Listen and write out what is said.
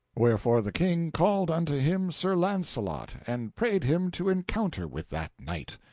wherefore the king called unto him sir launcelot, and prayed him to encounter with that knight.